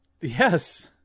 Yes